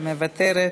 מוותרת.